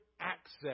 access